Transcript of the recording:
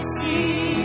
see